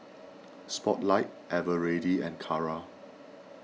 Spotlight Eveready and Kara